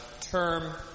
term